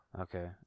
Okay